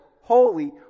holy